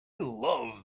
love